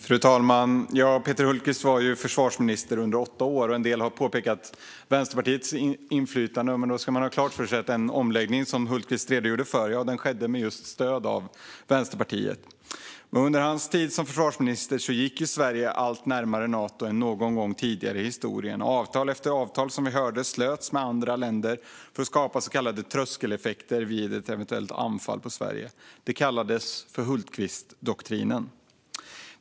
Fru talman! Peter Hultqvist var försvarsminister under åtta år. En del har pekat på Vänsterpartiets inflytande, men då ska man ha klart för sig att den omläggning som Hultqvist redogjorde för skedde med stöd av just Vänsterpartiet. Under Hultqvists tid som försvarsminister gick Sverige närmare Nato än någon gång tidigare i historien. Som vi hört slöts avtal efter avtal med andra länder för att skapa så kallade tröskeleffekter vid ett eventuellt anfall på Sverige. Det kallades Hultqvistdoktrinen.